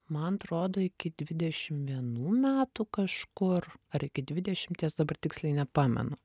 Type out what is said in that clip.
man atrodo iki dvidešimt vienų metų kažkur ar iki dvidešimties dabar tiksliai nepamenu